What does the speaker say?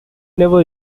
never